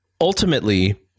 ultimately